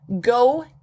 Go